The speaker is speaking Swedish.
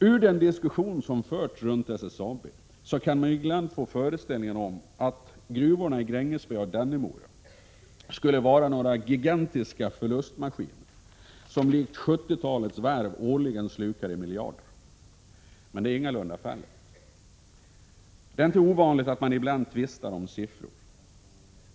Av den diskussion som förts om SSAB kan man ibland få föreställningen att de gruvor i Grängesberg och Dannemora som SSAB driver skulle vara några gigantiska förlustmaskiner som likt 70-talets varv årligen slukar miljarder. Detta är ingalunda fallet. Det är inte ovanligt att man ibland tvistar om siffror.